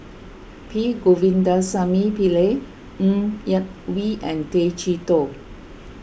P Govindasamy Pillai Ng Yak Whee and Tay Chee Toh